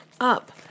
up